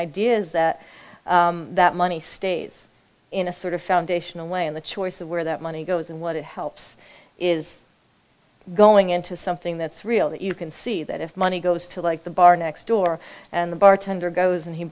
idea is that that money stays in a sort of foundational way in the choice of where that money goes and what it helps is going into something that's real that you can see that if money goes to like the bar next door and the bartender goes and he